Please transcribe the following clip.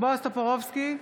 בועז טופורובסקי,